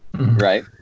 Right